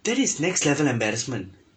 that is next level embarrassment